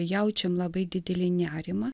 jaučiam labai didelį nerimą